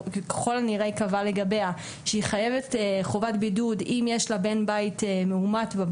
או כלל הנראה ייקבע לגביה שהיא חייבת חובת בידוד אם יש לה בן בית מאומת,